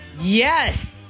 Yes